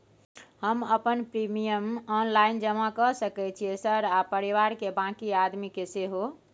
हम अपन premium online जमा के सके छियै सर आ परिवार के बाँकी आदमी के सेहो?